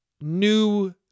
new